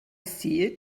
see